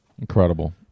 Incredible